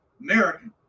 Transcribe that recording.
American